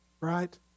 right